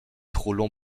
roland